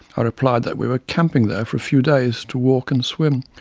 i replied that we were camping there for few days to walk and swim.